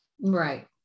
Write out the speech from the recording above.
Right